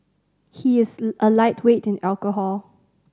he is a lightweight in alcohol